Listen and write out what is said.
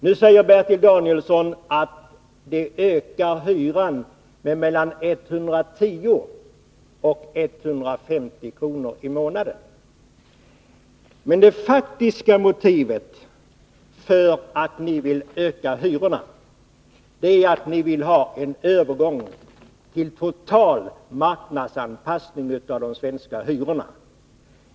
Nu säger Bertil Danielsson att det ökar hyran med mellan 110 och 150 kr. i månaden. Men det faktiska motivet för att ni vill öka hyrorna är att ni vill ha en övergång till total marknadsanpassning av de svenska hyrorna.